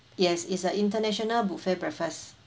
yes is a international buffet breakfast